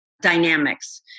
dynamics